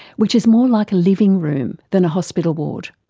which is more like a living room than a hospital ward.